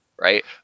right